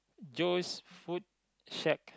Joe's food shack